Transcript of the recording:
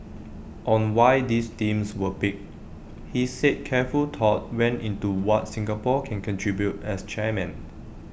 on why these themes were picked he said careful thought went into what Singapore can contribute as chairman